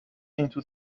into